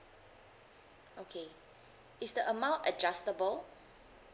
okay is the amount adjustable